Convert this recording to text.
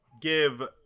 Give